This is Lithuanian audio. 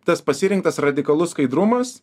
tas pasirinktas radikalus skaidrumas